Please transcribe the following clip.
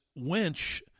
wench